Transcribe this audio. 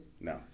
No